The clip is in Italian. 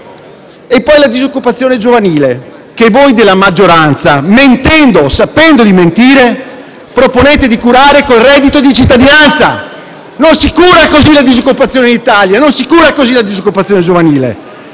poi la disoccupazione giovanile, che voi della maggioranza, mentendo, sapendo di mentire, proponete di curare con il reddito di cittadinanza: non si cura così la disoccupazione in Italia, non si cura così la disoccupazione giovanile,